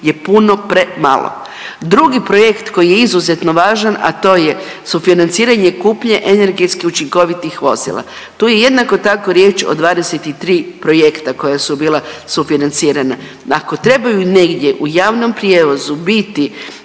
je puno premalo. Drugi projekt koji je izuzetno važan, a to je sufinanciranje kupnje energetski učinkovitih vozila. Tu je jednako tako riječ o 23 projekta koja su bila sufinancirana. Ako trebaju negdje u javnom prijevozu biti